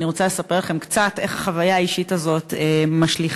ואני רוצה לספר לכם קצת איך החוויה האישית הזאת משליכה,